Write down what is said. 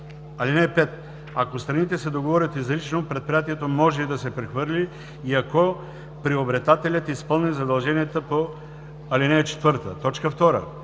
(5) Ако страните се договорят изрично, предприятието може да се прехвърли и ако приобретателят изпълни задълженията по ал. 4.” 2.